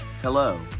Hello